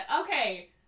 okay